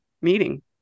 meeting